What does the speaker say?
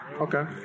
Okay